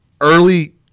early